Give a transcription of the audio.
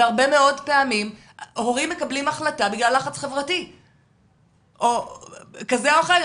והרבה מאוד פעמים הורים מקבלים החלטה בגלל לחץ חברתי כזה או אחר,